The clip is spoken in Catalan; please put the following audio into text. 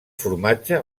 formatge